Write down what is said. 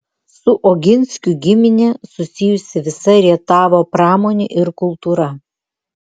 su oginskių gimine susijusi visa rietavo pramonė ir kultūra